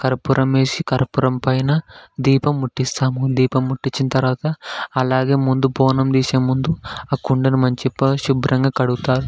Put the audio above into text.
కర్పూరం వేసి కర్పూరం పైన దీపం ముట్టిస్తాము దీపం ముట్టిచ్చిన తర్వాత అలాగే ముందు బోనం తీసే ముందు ఆ కుండను మంచిగా పరిశుభ్రంగా కడుగుతారు